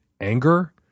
anger